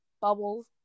bubbles